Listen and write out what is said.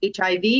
HIV